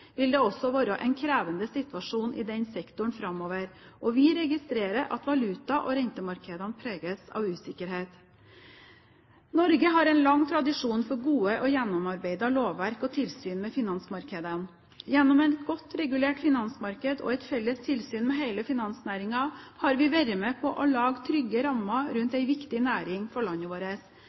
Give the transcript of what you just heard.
vil det også være en krevende situasjon i den sektoren framover, og vi registrerer at valuta- og rentemarkedene preges av usikkerhet. Norge har en lang tradisjon for gode og gjennomarbeidede lovverk og tilsyn med finansmarkedet. Gjennom et godt regulert finansmarked og et felles tilsyn med hele finansnæringen har vi vært med på å lage trygge rammer rundt en viktig næring for landet vårt.